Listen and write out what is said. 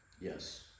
yes